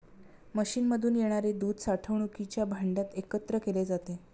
मशीनमधून येणारे दूध साठवणुकीच्या भांड्यात एकत्र केले जाते